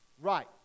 Right